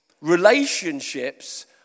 Relationships